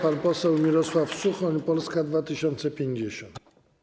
Pan poseł Mirosław Suchoń, Polska 2050.